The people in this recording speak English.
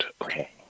Okay